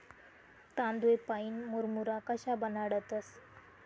तांदूय पाईन मुरमुरा कशा बनाडतंस?